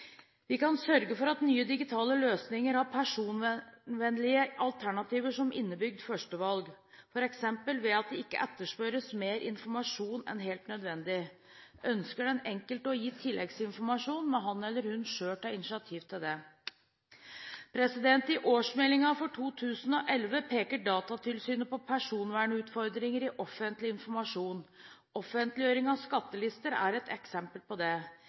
Vi kan sørge for nye digitale løsninger av personvennlige alternativer som innebygd førstevalg, f.eks. ved at det ikke etterspørres mer informasjon enn helt nødvendig. Ønsker den enkelte å gi tilleggsinformasjon, må han eller hun selv ta initiativ til det. I årsmeldingen for 2011 peker Datatilsynet på personvernutfordringer i offentlig informasjon. Offentliggjøring av skattelister er et eksempel på det.